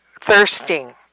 thirsting